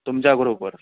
तुमच्या ग्रुपवर